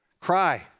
Cry